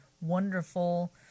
wonderful